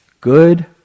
Good